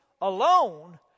Alone